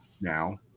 now